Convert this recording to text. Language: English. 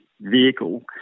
vehicle